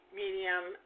medium